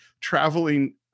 traveling